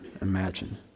imagine